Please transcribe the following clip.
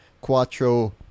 Quattro